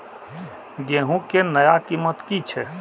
गेहूं के नया कीमत की छे?